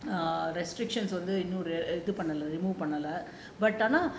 வந்து இன்னும் இது:vanthu innum ithu remove பண்ணல:pannala but ஆனா:aana